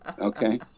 okay